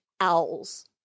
owls